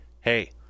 hey